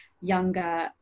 younger